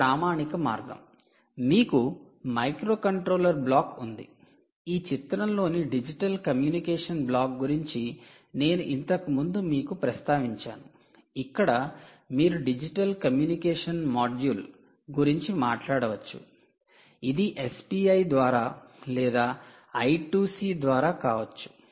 ఇది ప్రామాణిక మార్గం మీకు మైక్రోకంట్రోలర్ బ్లాక్ ఉంది ఈ చిత్రంలోని డిజిటల్ కమ్యూనికేషన్ బ్లాక్ గురించి నేను ఇంతకు ముందు మీకు ప్రస్తావించాను ఇక్కడ మీరు డిజిటల్ కమ్యూనికేషన్ మాడ్యూల్ గురించి మాట్లాడవచ్చు ఇది SPI ద్వారా లేదా I2C ద్వారా కావచ్చు